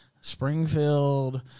Springfield